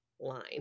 line